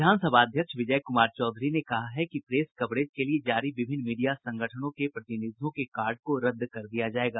विधानसभा अध्यक्ष विजय कुमार चौधरी ने कहा है कि प्रेस कवरेज के लिये जारी विभिन्न मीडिया संगठनों के प्रतिनिधियों के कार्ड को रद्द कर दिया जायेगा